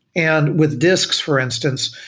and with disks for instance,